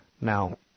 Now